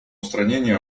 устранения